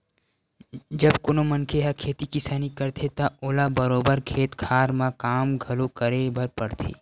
जब कोनो मनखे ह खेती किसानी करथे त ओला बरोबर खेत खार म काम घलो करे बर परथे